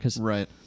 right